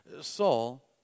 Saul